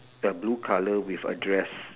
ya blue colour with a dress